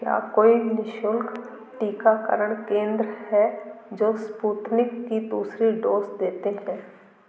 क्या कोई निःशुल्क टीकाकरण केंद्र हैं जो स्पुतनिक की दूसरी डोज़ देते हैं